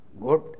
good